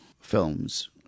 films